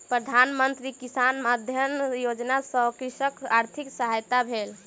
प्रधान मंत्री किसान मानधन योजना सॅ कृषकक आर्थिक सहायता भेल